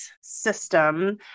system